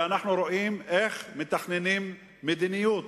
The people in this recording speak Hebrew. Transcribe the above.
ואנחנו רואים איך מתכננים מדיניות,